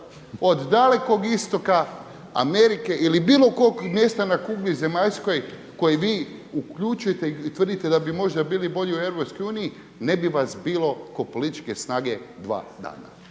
od Dalekog Istoka, Amerike ili bilo kog mjesta na kugli zemaljskoj kojeg vi uključite i tvrdite da bi možda bili bolji u EU ne bi vas bilo kao političke snage dva dana.